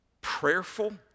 prayerful